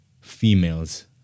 females